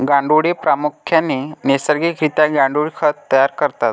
गांडुळे प्रामुख्याने नैसर्गिक रित्या गांडुळ खत तयार करतात